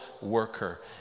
worker